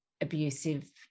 abusive